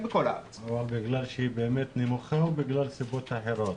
בגלל שהיא באמת נמוכה או בגלל סיבות אחרות?